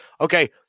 okay